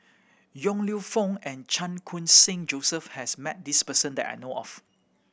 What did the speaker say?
Yong Lew Foong and Chan Khun Sing Joseph has met this person that I know of